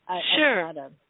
Sure